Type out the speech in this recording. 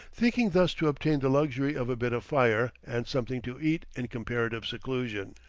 thinking thus to obtain the luxury of a bit of fire and something to eat in comparative seclusion.